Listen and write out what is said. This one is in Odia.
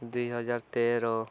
ଦୁଇହଜାର ତେର